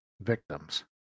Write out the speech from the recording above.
victims